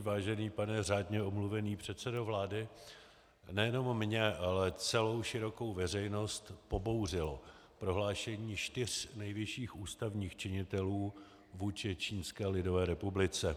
Vážený pane řádně omluvený předsedo vlády, nejenom mě, ale celou širokou veřejnost pobouřilo prohlášení čtyř nejvyšších ústavních činitelů vůči Čínské lidové republice.